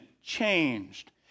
changed